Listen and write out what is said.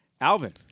Alvin